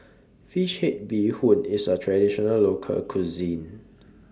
Fish Head Bee Hoon IS A Traditional Local Cuisine